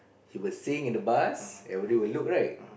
he will sing in the bus everybody will look right